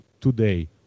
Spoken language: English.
today